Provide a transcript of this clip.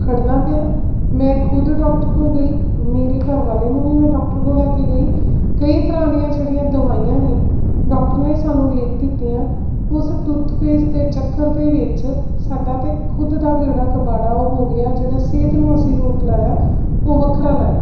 ਖੜਨਾ ਪਿਆ ਮੈਂ ਖੁਦ ਡੋਕਟਰ ਕੋਲ ਗਈ ਮੇਰੇ ਘਰ ਵਾਲੇ ਨੂੰ ਵੀ ਮੈਂ ਡੋਕਟਰ ਕੋਲ ਲੈ ਕੇ ਗਈ ਕਈ ਤਰ੍ਹਾਂ ਦੀਆਂ ਜਿਹੜੀਆਂ ਦਵਾਈਆਂ ਨੇ ਡੋਕਟਰ ਨੇ ਸਾਨੂੰ ਲਿਖ ਦਿੱਤੀਆਂ ਉਸ ਟੂਥਪੇਸਟ ਦੇ ਚੱਕਰ ਦੇ ਵਿੱਚ ਸਾਡਾ ਤਾਂ ਖੁਦ ਦਾ ਕੀੜਾ ਕਬਾੜਾ ਹੋ ਗਿਆ ਜਿਹੜੇ ਸਿਹਤ ਨੂੰ ਅਸੀਂ ਰੋਗ ਲਾਇਆ ਉਹ ਵੱਖਰਾ ਲਾਇਆ